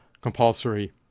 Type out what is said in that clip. compulsory